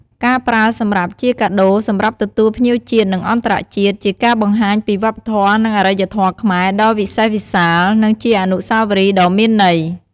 ការប្រើសម្រាប់ជាកាដូរ សម្រាប់ទទួលភ្ញៀវជាតិ និងអន្តរជាតិ ជាការបង្ហាញពីវប្បធម៌ និងអរិយធម៌ខ្មែរដ៏វិសេសវិសាល និងជាអនុស្សាវរីដ៏មានន័យ។